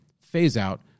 phase-out